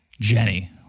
Jenny